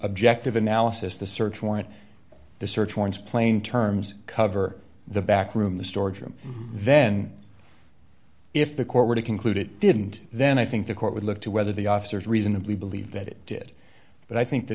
objective analysis the search warrant the search warrants plain terms cover the back room the storage room then if the court were to conclude it didn't then i think the court would look to whether the officers reasonably believed that it did but i think the